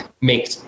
make